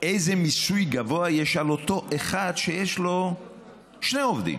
איזה מיסוי גבוה יש על אותו אחד שיש לו שני עובדים.